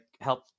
help